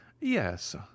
Yes